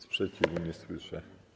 Sprzeciwu nie słyszę.